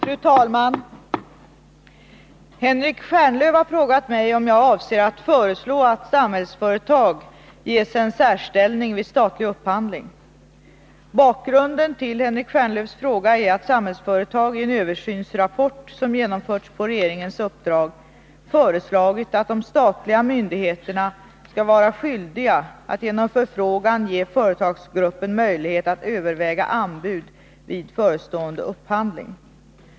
Fru talman! Henrik Stjernlöf har frågat mig om jag avser att föreslå att Samhällsföretag ges en särställning vid statlig upphandling. Bakgrunden till Henrik Stjernlöfs fråga är att Samhällsföretag, i en översynsrapport som genomförts på regeringens uppdrag, föreslagit att de statliga myndigheterna skall vara skyldiga att genom förfrågan ge företagsgruppen möjlighet att överväga anbud vid förestående upphandling.